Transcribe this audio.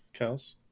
Kels